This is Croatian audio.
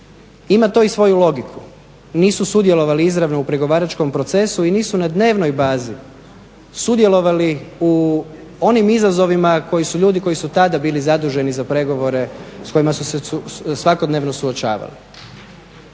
Ima to i svoju logiku. Nisu sudjelovali izravno u pregovaračkom procesu i nisu na dnevnoj bazi sudjelovali u onim izazovima koje su ljudi koji su tada bili zaduženi za pregovore s kojima su se svakodnevno suočavali.